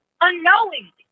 unknowingly